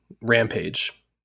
rampage